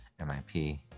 MIP